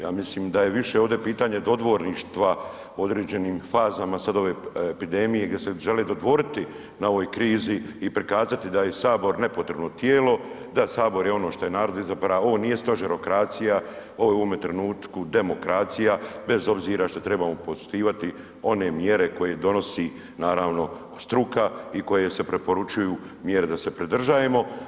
Ja mislim da je ovdje više pitanje dodvorništva u određenim fazama sad ove epidemije gdje se žele dodvoriti na ovoj krizi i prikazati da je Sabor nepotrebno tijelo, da Sabor je ono što je narod izabrao, ovo nije stožerokracija, ovo je u ovome trenutku demokracija bez obzira što trebamo poštivati one mjere koje donosi naravno struka i koje se preporučuju mjere da se pridržajemo.